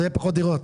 אז יהיו פחות דירות.